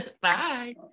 Bye